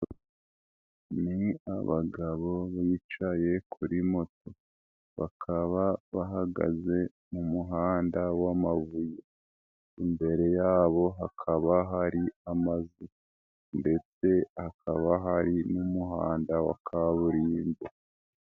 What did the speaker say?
Ni abagabo bicaye kuri moto bakaba bahagaze mu muhanda w'amabuye, imbere yabo hakaba hari amazu ndetse hakaba hari n'umuhanda wa kaburimbo.